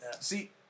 see